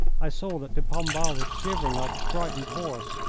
i saw that de pombal was shivering like a frightened horse.